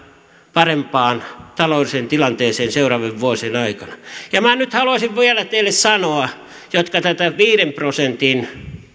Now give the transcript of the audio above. parempaan taloudelliseen tilanteeseen seuraavien vuosien aikana minä nyt haluaisin vielä teille sanoa jotka tätä viiden prosentin